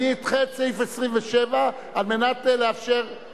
אדחה את סעיף 27 כדי לאפשר,